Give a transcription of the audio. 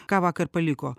ką vakar paliko